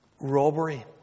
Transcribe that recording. Robbery